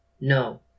No